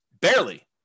barely